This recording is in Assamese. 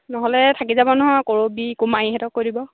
নহ'লে থাকি যাব নহয় কৰদী কুমাৰীহঁক কৰি দিব